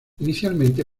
inicialmente